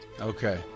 Okay